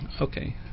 okay